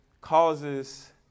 Causes